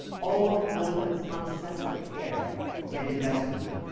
all of milton's uncessant care and investment.